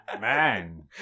man